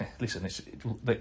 listen